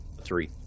three